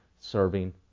serving